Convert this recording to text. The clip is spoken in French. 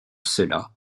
cela